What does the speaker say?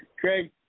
Craig